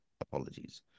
Apologies